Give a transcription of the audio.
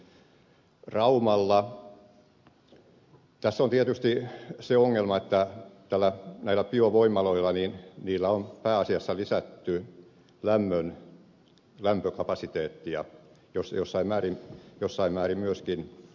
tässä on tietysti se ongelma että näillä biovoimaloilla on pääasiassa lisätty lämpökapasiteettia jossain määrin myöskin sähköä